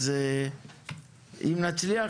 ואם נצליח,